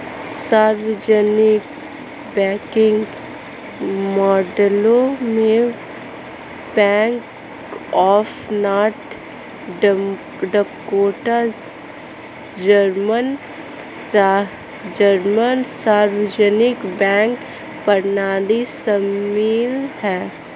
सार्वजनिक बैंकिंग मॉडलों में bank of North Dakota German सार्वजनिक बैंक प्रणाली शामिल है